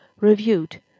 reviewed